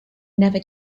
never